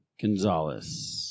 Gonzalez